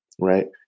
right